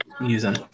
using